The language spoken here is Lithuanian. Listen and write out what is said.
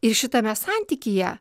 ir šitame santykyje